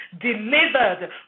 delivered